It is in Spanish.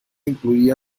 incluía